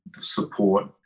support